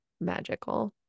magical